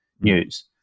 News